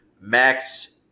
Max